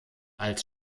als